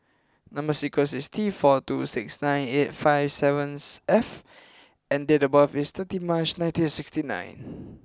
number sequence is T four two six nine eight five sevens F and date of birth is thirty March nineteen and sixty nine